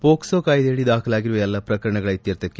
ಪೋಕ್ಲೊ ಕಾಯ್ದೆಯಡಿ ದಾಖಲಾಗಿರುವ ಪ್ರಕರಣಗಳ ಇತ್ತರ್ಥಕ್ಕೆ